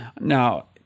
Now